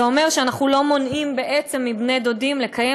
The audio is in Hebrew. זה אומר שאנחנו לא מונעים בעצם מבני-דודים לקיים